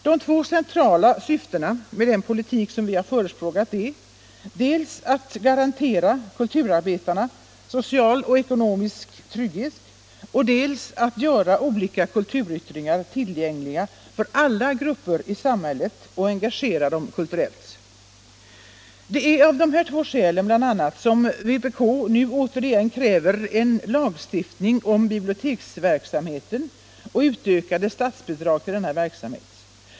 De två centrala syftena med den politik vi förespråkar är dels att garantera kulturarbetarna social och ekonomisk trygghet, dels att göra olika kulturyttringar tillgängliga för alla grupper i samhället och engagera dem kulturellt. Allmänpolitisk debatt debatt Det är bl.a. av dessa skäl som vpk nu återigen kräver en lagstiftning om biblioteksverksamheten och utökade statsbidrag till denna verksamhet.